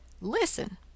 listen